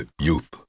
youth